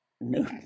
no